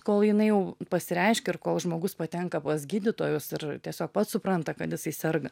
kol jinai jau pasireiškia ir kol žmogus patenka pas gydytojus ir tiesiog pats supranta kad jisai serga